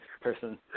person